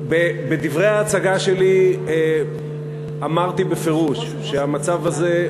בדברי ההצגה שלי אמרתי בפירוש שהמצב הזה,